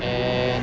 and